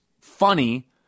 funny